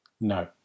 No